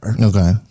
okay